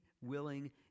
willing